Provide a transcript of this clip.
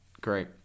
Great